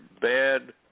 bad